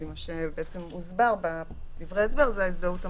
לפי מה שהוסבר בדברי ההסבר, זה ההזדהות הממשלתית.